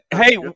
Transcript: Hey